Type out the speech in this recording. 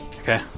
Okay